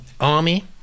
Army